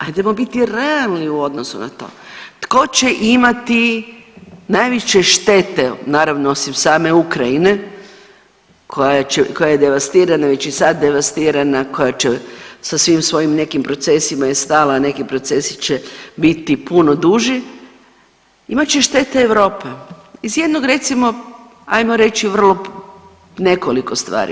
Ajdemo biti realno u odnosu na to, tko će imati najveće štete, naravno osim same Ukrajine koja je devastirana i već je sad devastirana koja će sa svim svojim u nekim procesima je stala, a neki procesi će biti puno duži, imat će štete Europa iz jednog recimo ajmo reći vrlo nekoliko stvari.